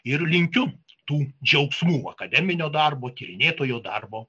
ir linkiu tų džiaugsmų akademinio darbo tyrinėtojo darbo